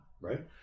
Right